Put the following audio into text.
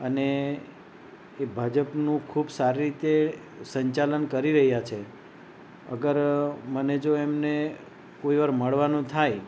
અને એ ભાજપનું ખૂબ સારી રીતે સંચાલન કરી રહ્યા છે અગર મને જો એમને કોઈ વાર મળવાનું થાય